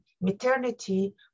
maternity